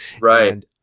Right